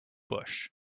bush